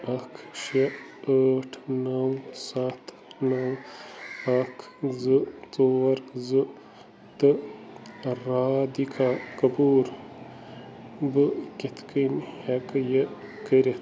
اکھ شےٚ ٲٹھ نَو سَتھ نَو اکھ زٕ ژور زٕ تہٕ رادِکا کپوٗر بہٕ کِتھ کٔنۍ ہیٚکہٕ یہِ کٔرِتھ